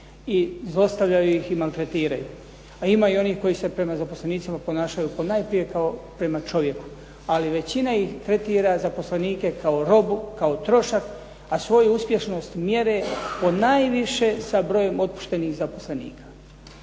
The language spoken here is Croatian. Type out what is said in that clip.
i zlostavljaju ih i maltretiraju. A ima i onih koji se prema zaposlenicima ponašaju ponajprije kao prema čovjeku, ali većina ih tretira zaposlenike kao robu, kao trošak, a svoju uspješnost mjere ponajviše sa brojem otpuštenih zaposlenika.